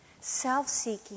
self-seeking